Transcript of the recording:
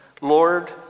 Lord